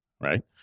right